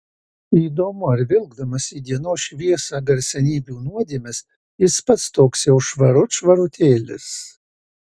įdomu ar vilkdamas į dienos šviesą garsenybių nuodėmes jis pats toks jau švarut švarutėlis